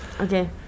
Okay